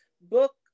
book